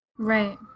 Right